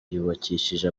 yubakishije